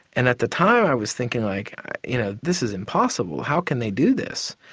and at the time i was thinking, like you know this is impossible. how can they do this?